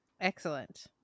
Excellent